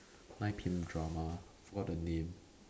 nine P_M drama forgot the name